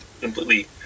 completely